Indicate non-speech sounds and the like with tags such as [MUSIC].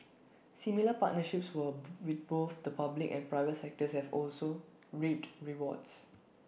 similar partnerships were [NOISE] with both the public and private sectors have also reaped rewards